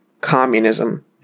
Communism